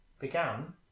began